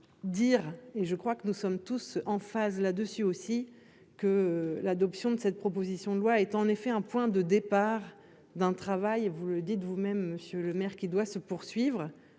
Dire et je crois que nous sommes tous en phase là-dessus aussi que l'adoption de cette proposition de loi est en effet un point de départ d'un travail et vous le dites vous-, même monsieur le maire qui doit se poursuivre